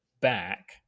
back